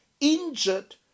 Injured